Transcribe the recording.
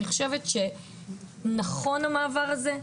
אני חושבת שנכון המעבר הזה,